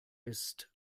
ist